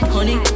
Honey